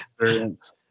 experience